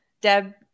Deb